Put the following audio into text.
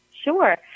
Sure